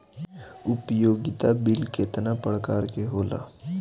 उपयोगिता बिल केतना प्रकार के होला?